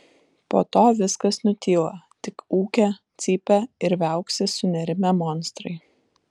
po to viskas nutyla tik ūkia cypia ir viauksi sunerimę monstrai